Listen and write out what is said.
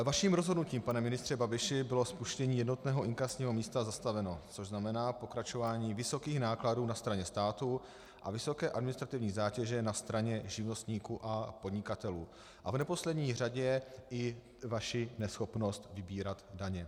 Vaším rozhodnutím, pane ministře Babiši, bylo spuštění jednotného inkasního místa zastaveno, což znamená pokračování vysokých nákladů na straně státu a vysoké administrativní zátěže na straně živnostníků a podnikatelů a v neposlední řadě i vaši neschopnost vybírat daně.